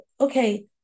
okay